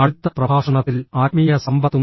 അടുത്ത പ്രഭാഷണത്തിൽ ആത്മീയ സമ്പത്തും